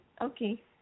Okay